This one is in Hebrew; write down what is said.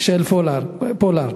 של פולארד.